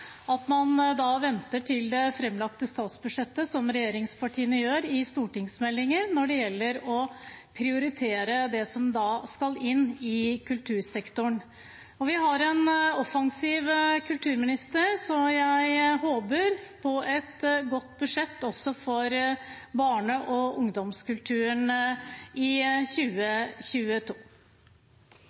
at man da venter til statsbudsjettet blir lagt fram av regjeringspartiene i stortingsmeldinger, når det gjelder å prioritere det som skal inn i kultursektoren. Vi har en offensiv kulturminister, så jeg håper på et godt budsjett også for barne- og ungdomskulturen i 2022.